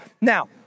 Now